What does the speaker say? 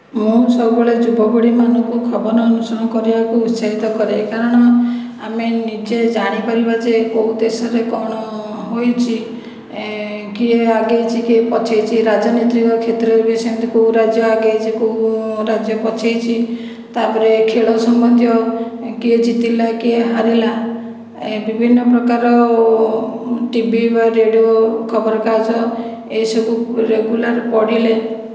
ମୁଁ ସବୁବେଳେ ଯୁବ ପିଢ଼ିମାନଙ୍କୁ ଖବର ଅନୁସରଣ କରିବାକୁ ଉତ୍ସାହିତ କରେ କାରଣ ଆମେ ନିଜେ ଜାଣି ପାରିବା ଯେ କେଉଁ ଦେଶରେ କ'ଣ ହୋଇଛି କିଏ ଆଗେଇଛି କିଏ ପଛେଇଛି ରାଜନୈତିକ କ୍ଷେତ୍ରରେ ବି ସେମିତି କେଉଁ ରାଜ୍ୟ ଆଗେଇଛି କେଉଁ ରାଜ୍ୟ ପଛେଇଛି ତା'ପରେ ଖେଳ ସମ୍ବନ୍ଧୀୟ କିଏ ଜିତିଲା କିଏ ହାରିଲା ବିଭିନ୍ନ ପ୍ରକାରର ଟିଭି ବା ରେଡ଼ିଓ ଖବର କାଗଜ ଏଇ ସବୁ ରେଗୁଲାର ପଢ଼ିଲେ